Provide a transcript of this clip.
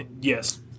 Yes